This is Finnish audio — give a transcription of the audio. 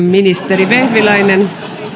ministeri vehviläinen